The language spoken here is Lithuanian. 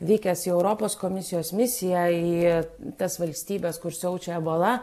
vykęs į europos komisijos misiją į tas valstybes kur siaučia ebola